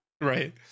Right